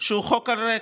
שהוא חוק על ריק,